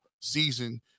season